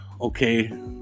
okay